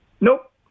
Nope